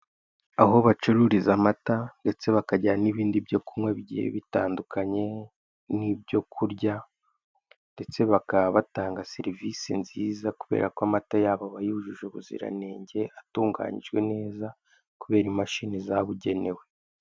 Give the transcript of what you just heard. Aho bacururiza amata ndetse bakagira n'ibindi byo kunywa bigiye bitandukanye n'ibyo kurya ndetse bakaba batanga serivise nziza kubera ko amata yabo aba yujuje ubuziranenge, atunganyijwe neza kubera imashini zabugenewe.